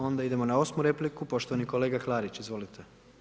Onda idemo na 8 repliku, poštovani kolega Klarić, izvolite.